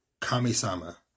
Kami-sama